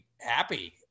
happy